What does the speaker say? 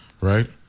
right